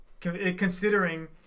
Considering